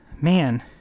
man